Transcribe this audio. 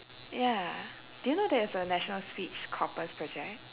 ya do you know there's a national speech corpus project